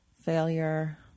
failure